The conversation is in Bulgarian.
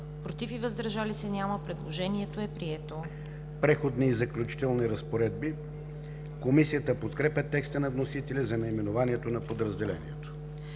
против и въздържали се няма. Предложението е прието ДОКЛАДЧИК ПЕТЪР КЪНЕВ: „Преходни и заключителни разпоредби“. Комисията подкрепя текста на вносителя за наименованието на подразделението.